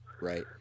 Right